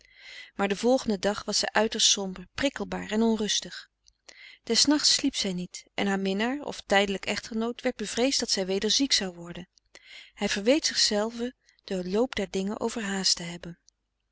maar den volgenden dag was zij uiterst somber prikkelbaar en onrustig des nachts sliep zij niet en haar minnaar of tijdelijk echtgenoot werd bevreesd dat frederik van eeden van de koele meren des doods zij weder ziek zou worden hij verweet zichzelven den loop der dingen overhaast te hebben